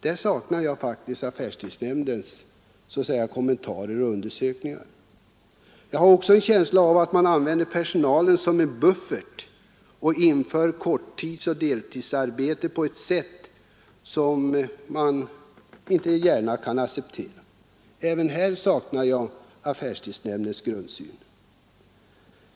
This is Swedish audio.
Där saknar jag faktiskt affärstidsnämndens kommentarer och undersökningar. Jag har också en känsla av att man använder personalen som en buffert och inför korttidsoch deltidsarbete på ett sätt som inte gärna kan accepteras. Även här saknar jag affärstidsnämndens grundsyn.